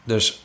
Dus